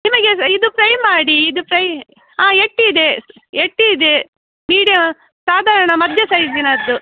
ನಿಮಗೆ ಅದು ಇದು ಫ್ರೈ ಮಾಡಿ ಇದು ಫ್ರೈ ಆಂ ಎಟ್ಟಿ ಇದೆ ಎಟ್ಟಿ ಇದೆ ಮೀಡ್ಯ ಸಾಧಾರಣ ಮಧ್ಯ ಸೈಜಿನದ್ದು